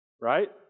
right